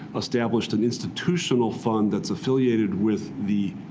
established and institutional fund that's affiliated with the